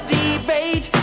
debate